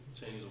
change